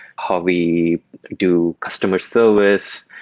how we do customer service,